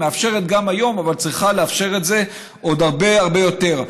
היא מאפשרת את זה גם היום אבל צריכה לאפשר את זה עוד הרבה הרבה יותר.